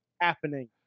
happening